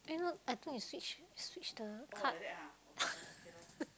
eh look I think we swtiched we switched the card